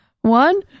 One